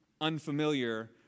unfamiliar